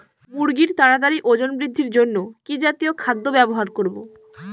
মুরগীর তাড়াতাড়ি ওজন বৃদ্ধির জন্য কি জাতীয় খাদ্য ব্যবহার করব?